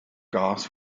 gas